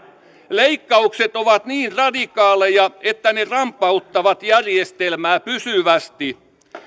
leikkaukset ovat niin radikaaleja että ne rampauttavat järjestelmää pysyvästi